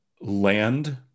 land